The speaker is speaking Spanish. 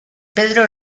pedro